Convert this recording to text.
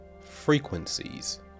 frequencies